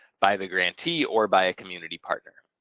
by the grantee, or by a community partner.